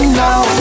now